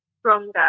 stronger